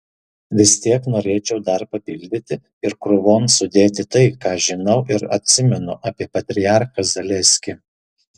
vis tiek norėčiau dar papildyti ir krūvon sudėti tai ką žinau ir atsimenu apie patriarchą zaleskį